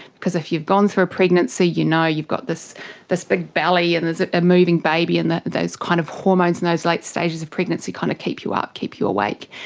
because if you've gone through a pregnancy you know you've got this this big belly and there's a moving baby and those kind of hormones in and those late stages of pregnancy kind of keep you up, keep you awake.